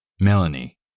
Melanie